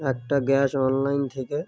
একটা gas online থেকে